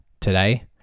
today